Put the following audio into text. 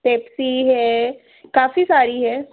Pepsi है काफ़ी सारी है